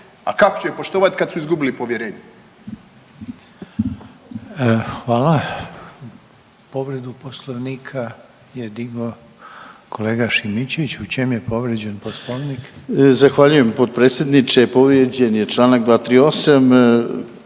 a kako će poštovat kad su izgubili povjerenje.